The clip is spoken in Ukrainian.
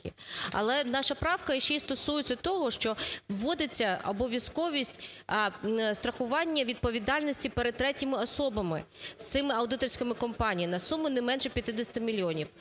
Але наша правка ще й стосується того, що вводиться обов'язковість страхування відповідальності перед третіми особами з цими аудиторськими компаніями на суму не менше 50 мільйонів.